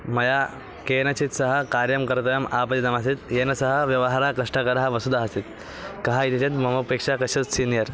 मया केनचित् सह कार्यं कर्तव्यम् आपदितमासीत् येन सह व्यवहारः कष्टकरः वस्तुतः आसीत् कः इति चेत् मामपेक्षया कश्चत् सिनियर्